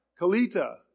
Kalita